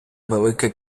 велика